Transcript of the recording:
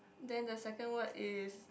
then the second word is